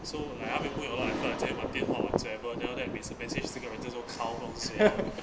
so like 他没有 put in a lot of effort 在玩电话 whatsoever then after that 为着 message 这个人叫 kyle don't sui eh